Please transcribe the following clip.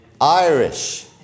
Irish